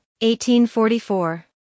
1844